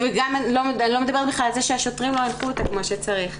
וגם אני לא מדברת בכלל על זה שהשוטרים לא --- כמו שצריך.